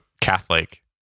Catholic